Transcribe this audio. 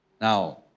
Now